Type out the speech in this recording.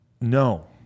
No